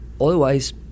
Otherwise